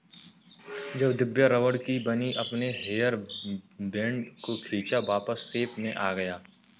जब दिव्या रबड़ की बनी अपने हेयर बैंड को खींचा वापस शेप में आ गया